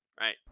right